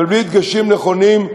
ובלי דגשים נכונים,